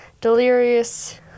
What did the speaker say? Delirious